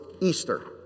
Easter